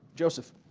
joseph?